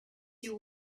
you